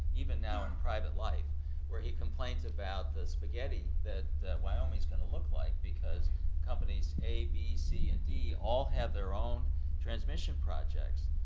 even now in private life where he complains about the spaghetti that wyoming is going to look like because companies a, b, c, and d all have their own transmission projects.